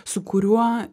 su kuriuo